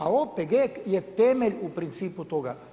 A OPG je temelj u principu toga.